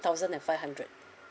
thousand and five hundred